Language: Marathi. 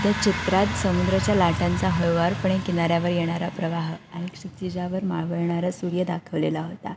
त्या चित्रात समुद्राच्या लाटांचा हळुवारपणे किनाऱ्यावर येणारा प्रवाह आणि क्षितिजावर मावळणारा सूर्य दाखवलेला होता